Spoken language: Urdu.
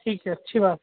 ٹھیک ہے اچھی بات